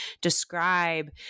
describe